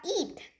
eat